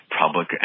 public